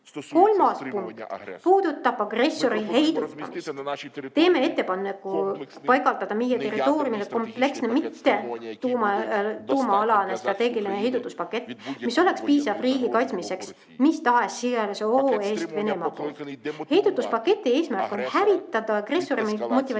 Kolmas punkt puudutab agressori heidutamist. Teeme ettepaneku paigaldada meie territooriumile kompleksne mittetuumaalane strateegiline heidutuspakett, mis oleks piisav riigi kaitsmiseks mis tahes sõjalise ohu eest Venemaa poolt. Heidutuspaketi eesmärk on hävitada agressori motivatsioon